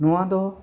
ᱱᱚᱣᱟ ᱫᱚ